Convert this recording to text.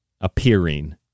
appearing